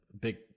big